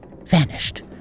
Vanished